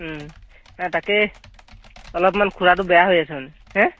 নাই তাকেই অলপমান খুৰাটো বেয়া হৈ